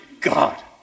God